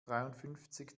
dreiundfünfzig